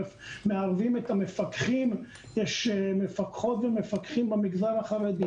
ומערבים את המפקחים שמפקחים במגזר החרדי,